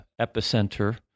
epicenter